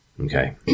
Okay